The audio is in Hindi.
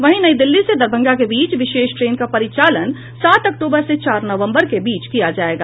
वहीं नई दिल्ली से दरभंगा के बीच विशेष ट्रेन का परिचालन सात अक्टूबर से चार नवंबर के बीच किया जाएगा